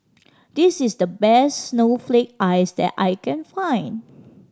this is the best snowflake ice that I can find